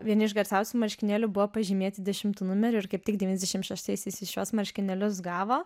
vieni iš garsiausių marškinėlių buvo pažymėti dešimtu numeriu ir kaip tik devyniasdešim šeštaisiais jis šiuos marškinėlius gavo